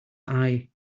eye